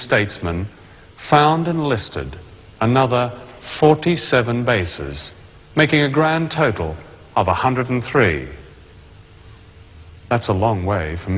statesman found enlisted another forty seven bases making a grand total of one hundred three that's a long way from